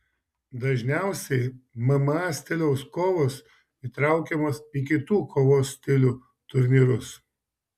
dažniausiai mma stiliaus kovos įtraukiamos į kitų kovos stilių turnyrus